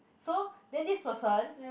so then this person